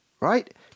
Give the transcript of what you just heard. Right